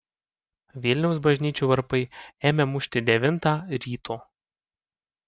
vilniaus bažnyčių varpai ėmė mušti devintą ryto